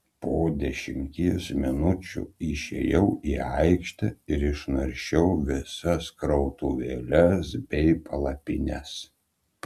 po dešimties minučių išėjau į aikštę ir išnaršiau visas krautuvėles bei palapines